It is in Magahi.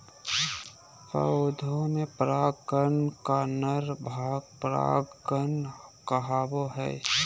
पौधा में पराग कण का नर भाग परागकण कहावो हइ